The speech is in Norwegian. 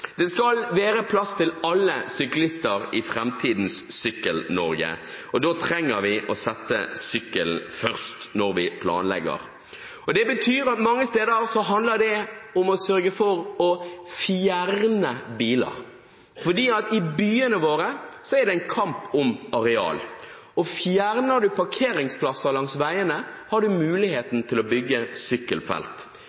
Det skal være plass til alle syklister i framtidens Sykkel-Norge, og da trenger vi å sette sykkelen først når vi planlegger. Mange steder handler det om å sørge for å fjerne biler, for i byene våre er det en kamp om areal, og fjerner man parkeringsplasser langs veiene, har man muligheten til å bygge sykkelfelt,